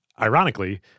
Ironically